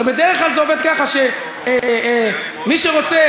הרי בדרך כלל זה עובד ככה שמי שרוצה,